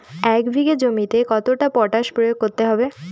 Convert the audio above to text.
এক বিঘে জমিতে কতটা পটাশ প্রয়োগ করতে হবে?